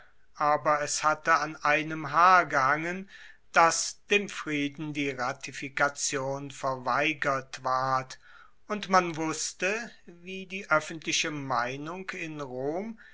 aber es hatte an einem haar gehangen dass dem frieden die ratifikation verweigert ward und man wusste wie die oeffentliche meinung in rom